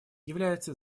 является